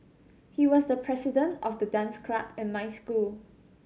he was the president of the dance club in my school